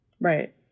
right